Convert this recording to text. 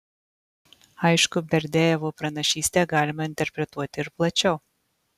aišku berdiajevo pranašystę galima interpretuoti ir plačiau